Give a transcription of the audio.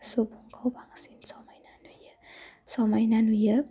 सबखौ बांसिन समाव समायना नुयो